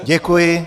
Děkuji.